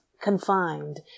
confined